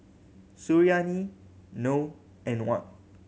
Suriani Noh and Wan